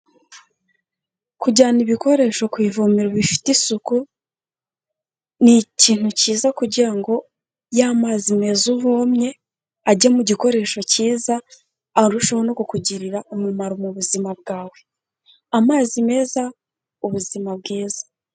Kujyana ibikoresho ku ivomero bifite isuku ni ikintu cyiza kugira ngo y'amazi meza uvomye ajye mu gikoresho cyiza, arusheho no kukugirira umumaro mu buzima bwawe. Amazi meza ubuzima bwiza.